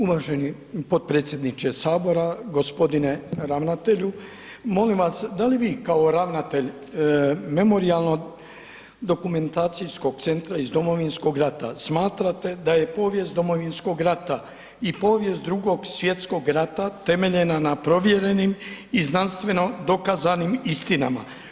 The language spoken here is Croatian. Uvaženi potpredsjedniče Sabora, gospodine ravnatelju, molim vas da li vi kao ravnatelj Memorijalno-dokumentacijskog centra iz Domovinskog rata smatrate da je povijest Domovinskog rata i povijest Drugog svjetskog rata temeljena na provjerenim i znanstveno dokazanim istinama?